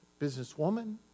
businesswoman